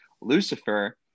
Lucifer